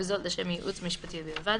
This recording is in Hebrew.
וזאת לשם ייעוץ משפטי בלבד,